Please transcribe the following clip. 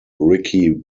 ricky